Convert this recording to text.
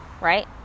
right